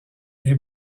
est